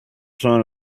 son